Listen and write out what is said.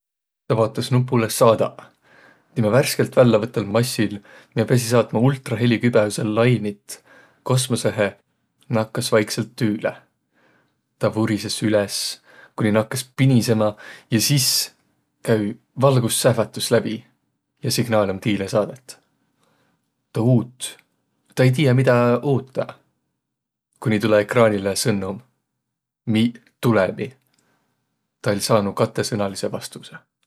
Tä vaotas nupulõ "saadaq!" Timä värskilt vällämõtõld massin, miä piäsiq saatma ultrahelükibõhusõl lainit kosmossõhe, nakkas vaiksõlt tüüle. Tä vurisõs üles kooniq nakkas pinisemä ja sis käü valgustsähvätüs läbi ja signaal om tiile saadõt. Tä uut. Tä ei tiiäq, midä uutaq, kooniq tulõ ekraanilõ sõnnom: "Miiq tulõmiq." Tä oll' saanuq katõsõnalidsõ vastusõ.